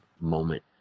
moment